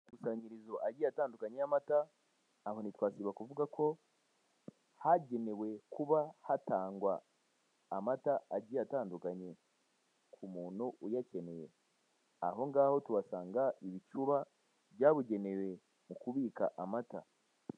Ku makusanyirizo agiye atandukanye y'amata aho ntitwasiba kuvuga ko hagenewe kuba hatangwa amata agiye atandukanye k'umuntu uyakeneye, aho ngaho tuhasanga ibicuba byabugenewe mu kubika amata.